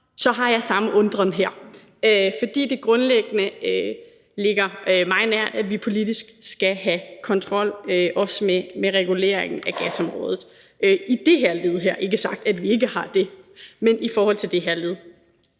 har jeg samme undren her. For det ligger mig grundlæggende meget nært, at vi politisk skal have kontrol, også med reguleringen af gasområdet, i det her led – ikke sagt, at vi ikke har det, men det er i forhold til det her led.